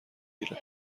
گیره